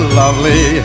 lovely